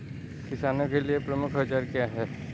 किसानों के लिए प्रमुख औजार क्या हैं?